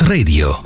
Radio